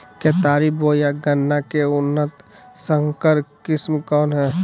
केतारी बोया गन्ना के उन्नत संकर किस्म कौन है?